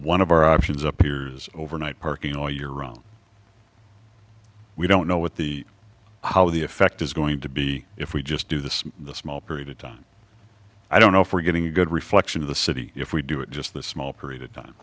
one of our options appears overnight parking all year round we don't know what the how the effect is going to be if we just do this small period of time i don't know if we're getting a good reflection of the city if we do it just this small period of time